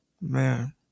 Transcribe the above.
Man